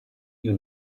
you